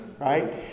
Right